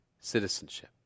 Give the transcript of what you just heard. citizenship